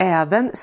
även